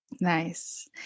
nice